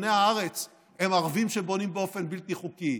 שאדוני הארץ הם ערבים שבונים באופן בלתי חוקי,